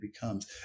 becomes